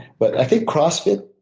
but i think cross fit,